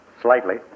slightly